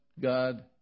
God